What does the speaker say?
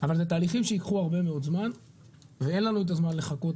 אבל אלה תהליכים שייקחו הרבה מאוד זמן ואין לנו את הזמן לחכות